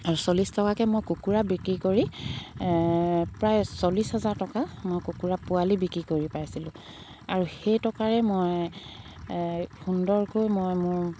আৰু চল্লিছ টকাকৈ মই কুকুৰা বিক্ৰী কৰি প্ৰায় চল্লিছ হাজাৰ টকা মই কুকুৰা পোৱালি বিক্ৰী কৰি পাইছিলোঁ আৰু সেই টকাৰে মই সুন্দৰকৈ মই মোৰ